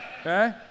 okay